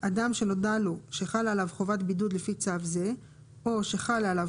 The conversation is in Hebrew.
אדם שנודע לו שחלה עליו חובת בידוד לפי צו זה או שחלה עליו